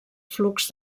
flux